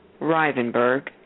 Rivenberg